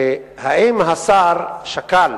האם השר שקל